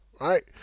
right